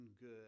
good